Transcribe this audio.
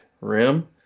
Rim